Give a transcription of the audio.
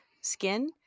skin